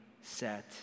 set